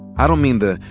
i don't mean the,